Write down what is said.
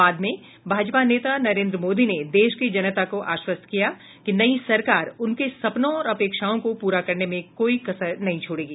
बाद में भाजपा नेता नरेंद्र मोदी ने देश की जनता को आश्वस्त किया कि नई सरकार उनके सपनों और अपेक्षाओं को पूरा करने में कोई कसर नहीं छोड़गी